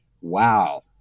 wow